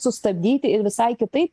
sustabdyti ir visai kitaip